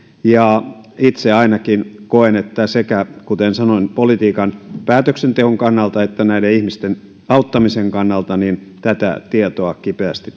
itse ainakin koen että sekä kuten sanoin politiikan päätöksenteon kannalta että näiden ihmisten auttamisen kannalta tätä tietoa kipeästi